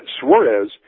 Suarez